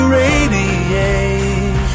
radiate